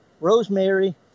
rosemary